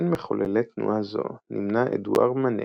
בין מחוללי תנועה זו נמנה אדואר מאנה,